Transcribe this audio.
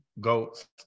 goats